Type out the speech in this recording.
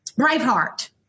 Braveheart